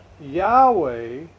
Yahweh